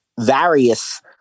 various